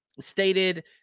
Stated